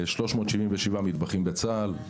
377 מטבחים בצה"ל,